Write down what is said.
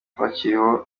bakiriho